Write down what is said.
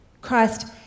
Christ